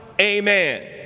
Amen